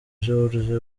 george